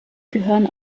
gehören